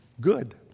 good